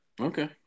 Okay